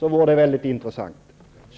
Det vore mycket intressant att höra.